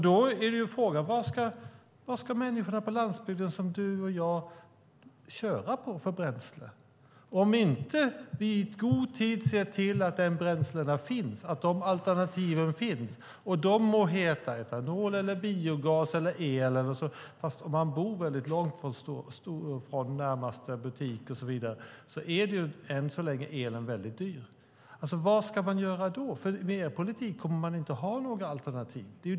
Då är frågan: Vilket bränsle ska människorna på landsbygden, som du och jag, köra på, om vi inte i god tid ser till att de bränslena, de alternativen finns - de må heta etanol, biogas, el eller något annat? Om man bor väldigt långt från närmaste butik är elen än så länge väldigt dyr. Vad ska man göra då? Med er politik kommer man inte att ha några alternativ.